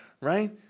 right